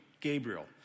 Gabriel